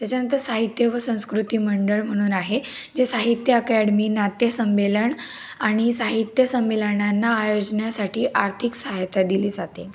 त्याच्यानंतर साहित्य व संस्कृती मंडळ म्हणून आहे जे साहित्य अकॅडमी नाट्य संमेलन आणि साहित्य संमेलनांना आयोजन्यासाठी आर्थिक सहायता दिली जाते